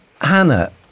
Hannah